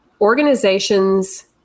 organizations